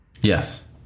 Yes